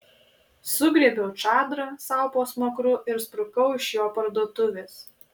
sugriebiau čadrą sau po smakru ir sprukau iš jo parduotuvės